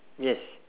yes